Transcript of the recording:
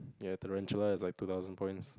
ya a tarantula is like two thousand points